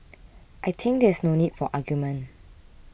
I think that there is no need for argument